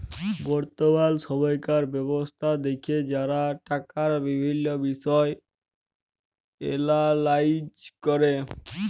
বর্তমাল সময়কার ব্যবস্থা দ্যাখে যারা টাকার বিভিল্ল্য বিষয় এলালাইজ ক্যরে